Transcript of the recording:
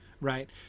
Right